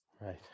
Right